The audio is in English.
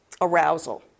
arousal